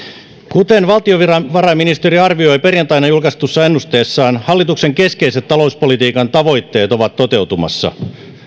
kuten valtiovarainministeriö arvioi perjantaina julkaistussa ennusteessaan hallituksen keskeiset talouspolitiikan tavoitteet ovat toteutumassa